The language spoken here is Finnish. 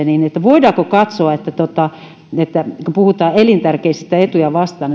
niin voidaanko katsoa kun puhutaan rikoksista elintärkeitä etuja vastaan